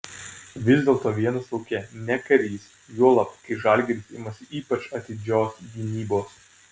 vis dėlto vienas lauke ne karys juolab kai žalgiris imasi ypač atidžios gynybos